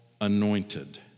anointed